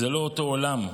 זה לא אותו עולם,